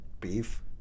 beef